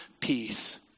peace